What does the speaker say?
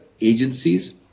agencies